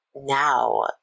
now